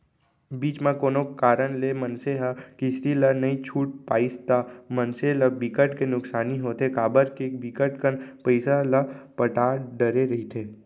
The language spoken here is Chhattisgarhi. बीच म कोनो कारन ले मनसे ह किस्ती ला नइ छूट पाइस ता मनसे ल बिकट के नुकसानी होथे काबर के बिकट कन पइसा ल पटा डरे रहिथे